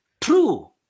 true